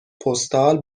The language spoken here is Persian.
پستال